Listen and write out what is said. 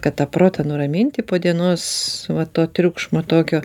kad tą protą nuraminti po dienos va to triukšmo tokio